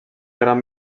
gran